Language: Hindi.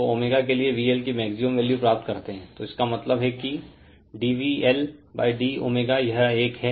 तो ω के लिए VL की मैक्सिमम वैल्यू प्राप्त करते हैं तो इसका मतलब है कि dVLd ω यह एक हैं